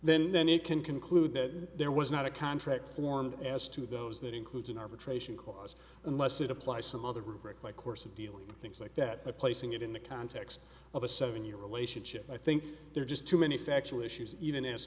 then then you can conclude that there was not a contract formed as to those that includes an arbitration clause unless it applies some other rubric like course of dealing with things like that by placing it in the context of a seven year relationship i think there are just too many factual issues even as